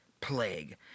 plague